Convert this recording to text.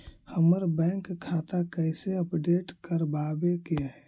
हमर बैंक खाता कैसे अपडेट करबाबे के है?